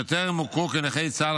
ואשר טרם הוכרו כנכי צה"ל,